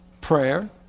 prayer